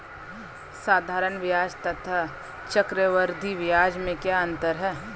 साधारण ब्याज तथा चक्रवर्धी ब्याज में क्या अंतर है?